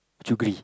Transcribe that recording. sugary